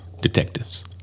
Detectives